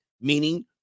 meaning